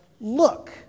look